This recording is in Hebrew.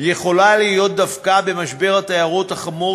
יכולה להיות דווקא במשבר התיירות החמור